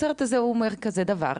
הסרט הזה אומר כזה דבר,